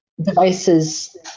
Devices